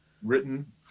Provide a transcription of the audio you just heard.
written